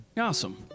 Awesome